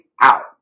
out